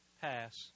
pass